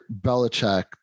Belichick